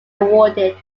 awarded